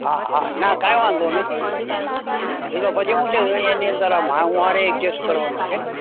હા હા ના કંઈ વાંધો નહીં એ તો પછી તો એની અંદર આ શું સાથે એડજસ્ટ કરવાનું છે